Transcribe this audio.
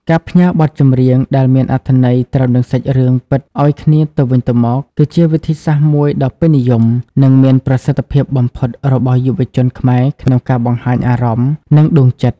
ការផ្ញើបទចម្រៀងដែលមានអត្ថន័យត្រូវនឹងសាច់រឿងពិតឱ្យគ្នាទៅវិញទៅមក គឺជាវិធីសាស្ត្រមួយដ៏ពេញនិយម និងមានប្រសិទ្ធភាពបំផុតរបស់យុវជនខ្មែរក្នុងការបង្ហាញអារម្មណ៍ និងដួងចិត្ត។